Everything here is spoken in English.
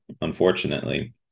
unfortunately